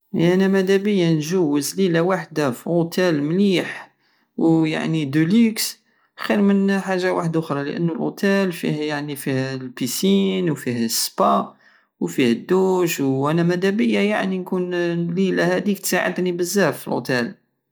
انا مادابية نجوز ليلة وحدى في اوتال مليح ويعني دوليكس خير من حاجة وحدوخرى لانو اوتال فيه يعني فيه البيسين فيه السبا وفيه الدوش وانا مدابية يعني نكون اليلة هاديك تساعدني بزاف فلوتال